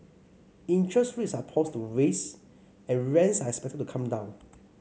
interest rates are poised to rise and rents are expected to come down